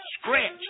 scratch